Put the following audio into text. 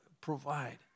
provide